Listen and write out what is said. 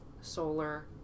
solar